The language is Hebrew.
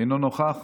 אינו נוכח,